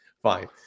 Fine